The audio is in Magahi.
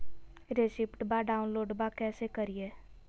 रेसिप्टबा डाउनलोडबा कैसे करिए?